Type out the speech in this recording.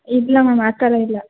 ಇಲ್ಲ ಮ್ಯಾಮ್ ಆ ಥರ ಇಲ್ಲ